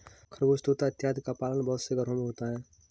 खरगोश तोता इत्यादि का पालन बहुत से घरों में होता है